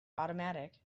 automatic